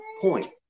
point